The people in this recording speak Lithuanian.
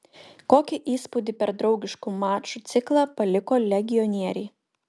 kokį įspūdį per draugiškų mačų ciklą paliko legionieriai